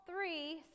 three